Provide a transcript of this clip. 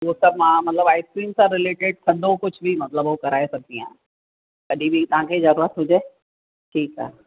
उहो सभु मां मतलबु आइसक्रीम सां रिलेटेड थधो कुझु बि मतलबु उहो कराए सघंदी आहे कॾहिं बि तव्हांखे ज़रूरत हुजे ठीकु आहे